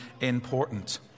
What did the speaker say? important